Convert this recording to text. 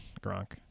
Gronk